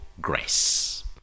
grace